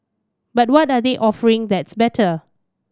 but what are they offering that's better